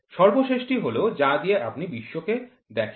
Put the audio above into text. সর্বশেষটি হল যা দিয়ে আপনি বিশ্বকে দেখেন